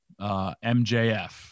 MJF